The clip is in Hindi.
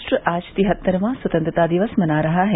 राष्ट्र आज तिहत्तरवां स्वतंत्रता दिवस मना रहा है